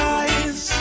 eyes